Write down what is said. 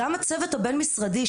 גם הצוות הבין-משרדי,